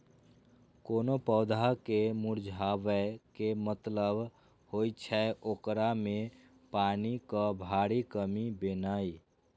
कोनो पौधा के मुरझाबै के मतलब होइ छै, ओकरा मे पानिक भारी कमी भेनाइ